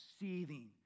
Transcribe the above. seething